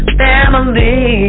family